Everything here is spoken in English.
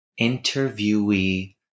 interviewee